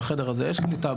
בחדר הזה יש קליטה,